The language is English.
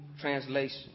Translation